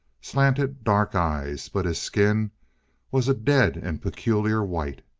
slanted dark eyes but his skin was a dead and peculiar white.